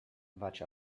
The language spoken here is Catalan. vaig